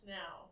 now